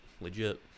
legit